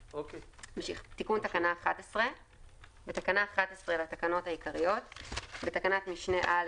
תיקון תקנה 11 בתקנה 11 לתקנות העיקריות - בתקנת משנה (א),